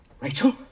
Rachel